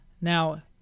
Now